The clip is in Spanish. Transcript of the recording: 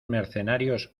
mercenarios